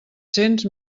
cents